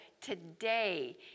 Today